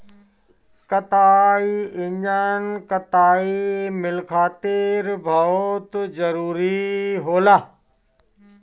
कताई इंजन कताई मिल खातिर बहुत जरूरी होला